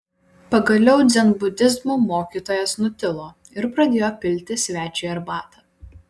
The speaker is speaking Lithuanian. pagaliau dzenbudizmo mokytojas nutilo ir pradėjo pilti svečiui arbatą